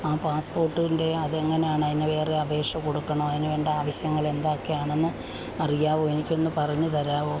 ആ പാസ്പ്പോട്ടിന്റെ അത് എങ്ങനെയാണ് അതിന് വേറെ അപേഷ കൊടുക്കണോ അതിന് വേണ്ട ആവശ്യങ്ങൾ എന്തൊക്കെയാണെന്ന് അറിയാമോ എനിക്കൊന്ന് പറഞ്ഞ് തരാമോ